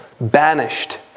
banished